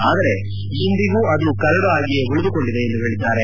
ಆದರೆ ಇಂದಿಗೂ ಅದು ಕರಡು ಆಗಿಯೇ ಉಳಿದುಕೊಂಡಿದೆ ಎಂದು ಹೇಳಿದ್ದಾರೆ